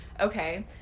Okay